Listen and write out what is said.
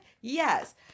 yes